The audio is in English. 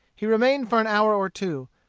he remained for an hour or two,